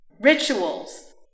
Rituals